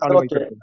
okay